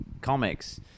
comics